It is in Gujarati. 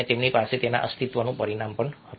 તેમની પાસે તેના માટે અસ્તિત્વનું પરિમાણ હતું